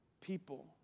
People